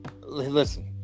listen